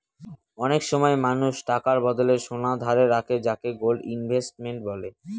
অনেক সময় মানুষ টাকার বদলে সোনা ধারে রাখে যাকে গোল্ড ইনভেস্টমেন্ট বলে